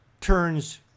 turns